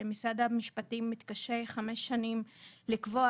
שמשרד המשפטים מתקשה כבר חמש שנים לקבוע